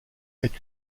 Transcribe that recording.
est